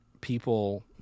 people